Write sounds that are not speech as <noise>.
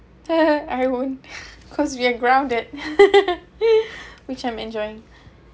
<laughs> I won't <laughs> because we are grounded <laughs> which I'm enjoying